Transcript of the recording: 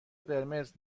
قرمز